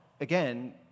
again